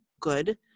good